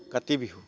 Kati Bihu